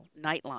Nightline